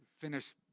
finish